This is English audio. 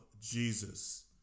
Jesus